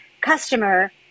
customer